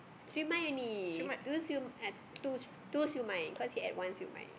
siew-mai only two siew two siew-mai cause he had one with my